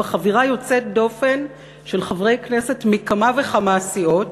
בחבירה יוצאת דופן של חברי כנסת מכמה וכמה סיעות,